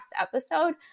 episode